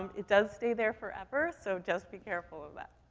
um it does stay there forever, so just be careful of that.